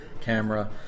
camera